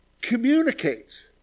communicates